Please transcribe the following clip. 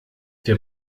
der